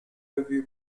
review